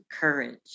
courage